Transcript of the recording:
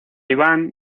iván